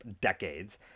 decades